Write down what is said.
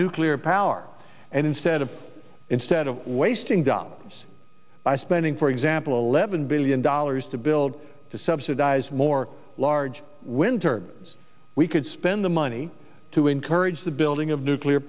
nuclear power and instead of instead of wasting dollars by spending for example eleven billion dollars to build to subsidize more large wintered we could spend the money to encourage the building of nuclear